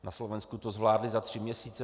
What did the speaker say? Na Slovensku to zvládli za tři měsíce.